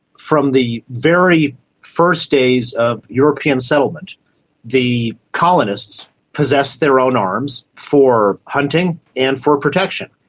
from the very first days of european settlement the colonists possessed their own arms for hunting and for protection.